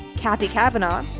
kathy kavanaugh,